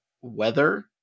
Weather